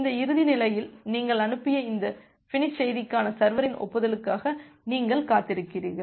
இந்த இறுதி நிலையில் நீங்கள் அனுப்பிய இந்த பினிஸ் செய்திக்கான சர்வரின் ஒப்புதலுக்காக நீங்கள் காத்திருக்கிறீர்கள்